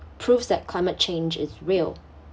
proves that climate change is real